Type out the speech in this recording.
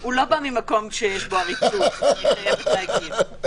הוא לא בא ממקום שיש בו עריצות, אני חייבת להגיד.